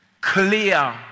clear